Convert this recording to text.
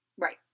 Right